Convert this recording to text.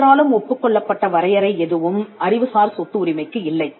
அனைவராலும் ஒப்புக் கொள்ளப்பட்ட வரையறை எதுவும் அறிவுசார் சொத்து உரிமைக்கு இல்லை